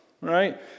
right